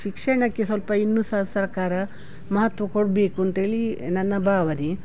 ಶಿಕ್ಷಣಕ್ಕೆ ಸ್ವಲ್ಪ ಇನ್ನೂ ಸಹ ಸರ್ಕಾರ ಮಹತ್ವ ಕೊಡಬೇಕು ಅಂತೇಳಿ ನನ್ನ ಭಾವನೆ